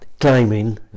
climbing